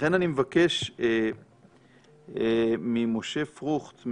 לכן אני מבקש ממשה פרוכט,